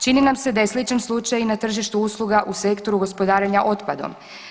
Čini nam se da je sličan slučaj i na tržištu usluga u sektoru gospodarenja otpadom.